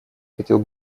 хотел